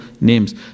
names